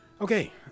Okay